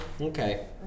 Okay